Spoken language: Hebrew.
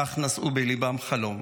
אך נשאו בליבם חלום,